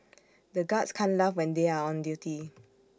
the guards can't laugh when they are on duty